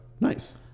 Nice